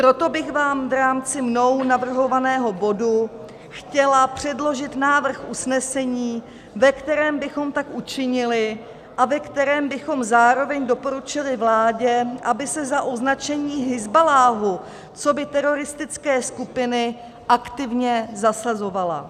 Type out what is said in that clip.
Proto bych vám v rámci mnou navrhovaného bodu chtěla předložit návrh usnesení, ve které bychom tak učinili a ve kterém bychom zároveň doporučili vládě, aby se za označení Hizballáhu coby teroristické skupiny aktivně zasahovala.